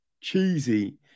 cheesy